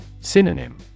Synonym